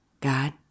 God